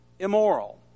Immoral